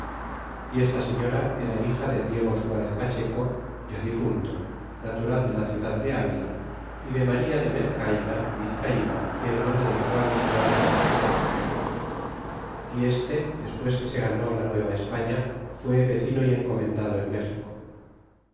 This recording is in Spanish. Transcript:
y esta señora era hija de diego suarez pacheco ya difunto natural de la ciudad de avila y de maria de mercaida vizcaina y hermana de juan suarez pacheco y este despues que se ganó la nueva españa fué vecino y encomendado en méxico